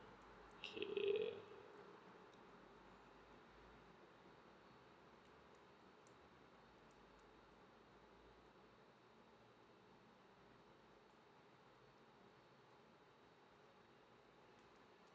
okay